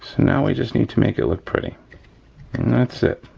now we just need to make it look pretty. and that's it.